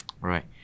right